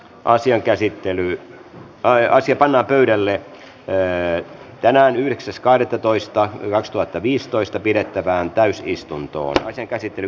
asian käsittely ajaisi panna pöydälle jälleen tänään yhdeksäs kahdettatoista kaksituhattaviisitoista pidettävään täysistuntoon sai sen keskeytettiin